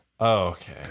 Okay